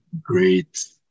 great